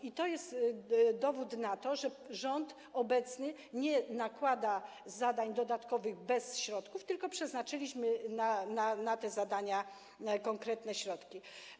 I to jest dowód na to, że rząd obecny nie nakłada zadań dodatkowych bez środków, bo przeznaczyliśmy na te zadania konkretne środki.